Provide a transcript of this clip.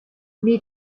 nii